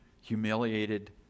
humiliated